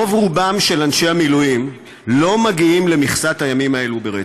רוב-רובם של אנשי המילואים לא מגיעים למכסת הימים האלה ברצף.